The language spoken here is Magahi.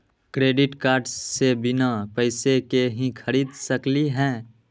क्रेडिट कार्ड से बिना पैसे के ही खरीद सकली ह?